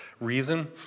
reason